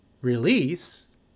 release